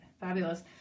fabulous